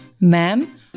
Ma'am